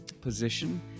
position